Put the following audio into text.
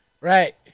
Right